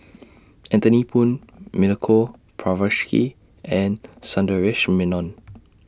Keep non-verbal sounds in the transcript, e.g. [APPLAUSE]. [NOISE] Anthony Poon Milenko [UNINTELLIGIBLE] and Sundaresh Menon